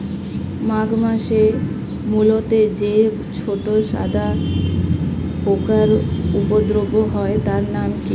মাঘ মাসে মূলোতে যে ছোট সাদা পোকার উপদ্রব হয় তার নাম কি?